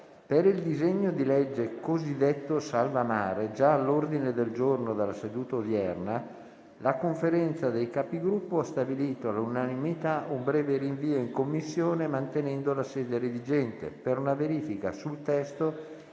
Per il disegno di legge cosiddetto salva mare, già all'ordine del giorno della seduta odierna, la Conferenza dei Capigruppo ha stabilito all'unanimità un breve rinvio in Commissione, mantenendo la sede redigente, per una verifica sul testo